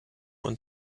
und